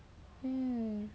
hmm